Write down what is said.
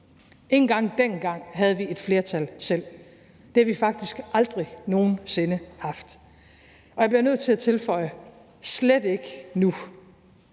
engang dengang havde vi et flertal selv. Det har vi faktisk aldrig nogen sinde haft og – bliver jeg nødt til at tilføje – slet ikke nu.